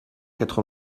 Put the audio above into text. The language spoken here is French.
quatre